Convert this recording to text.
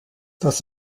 das